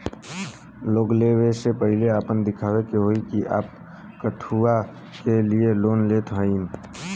Loan ले वे से पहिले आपन दिखावे के होई कि आप कथुआ के लिए लोन लेत हईन?